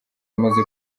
imaze